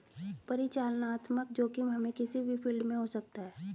परिचालनात्मक जोखिम हमे किसी भी फील्ड में हो सकता है